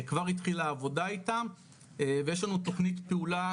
כבר התחילה עבודה איתם ויש לנו תוכנית פעולה,